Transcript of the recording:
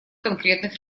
конкретных